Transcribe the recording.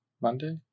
Monday